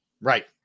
Right